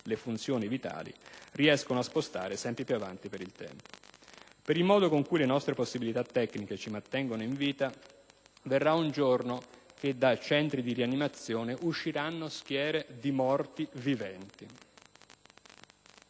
le funzioni vitali riescono a spostare sempre più avanti nel tempo. Per il modo con cui le nostre possibilità tecniche ci mantengono in vita, verrà un giorno che dai centri di rianimazione usciranno schiere di morti viventi...